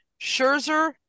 Scherzer